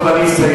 טוב, אני אסיים.